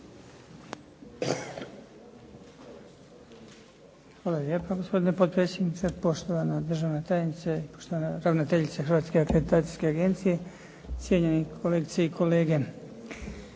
Hvala lijepo gospodine potpredsjedniče. Poštovana državna tajnice, poštovana ravnateljice Hrvatske akreditacijske agencije, cijenjeni kolegice i kolege.